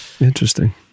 Interesting